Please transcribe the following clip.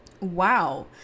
wow